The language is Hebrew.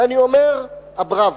ואני אומר: א-בראבו.